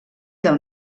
del